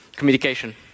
communication